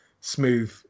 Smooth